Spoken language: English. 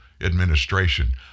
administration